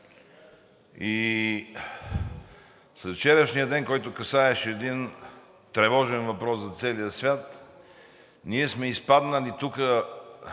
вчерашния ден, който касаеше един тревожен въпрос за целия свят, ние сме изпаднали тука…